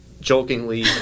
jokingly